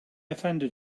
offended